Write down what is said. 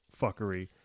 fuckery